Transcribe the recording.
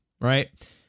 Right